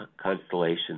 constellation